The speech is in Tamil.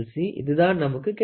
இதுதான் நமக்கு கிடைத்தது